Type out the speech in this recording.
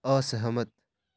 असहमत